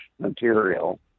material